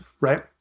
right